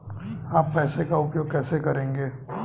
आप पैसे का उपयोग कैसे करेंगे?